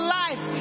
life